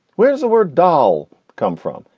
where does the word doll come from?